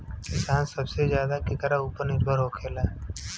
किसान सबसे ज्यादा केकरा ऊपर निर्भर होखेला?